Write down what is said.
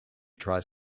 tries